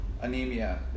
anemia